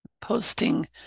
posting